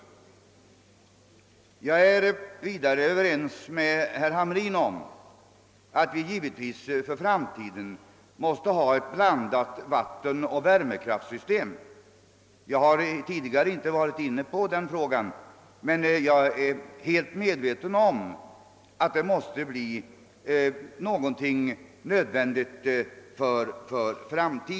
Jag är vidare överens med herr Hamrin i Kalmar om att vi givetvis för framtiden måste ha ett blandat vattenoch värmekraftsystem. Jag har tidigare inte varit inne på den frågan men är helt medveten om att detta blir någonting nödvändigt.